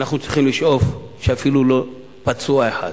אנחנו צריכים לשאוף שאפילו לא פצוע אחד.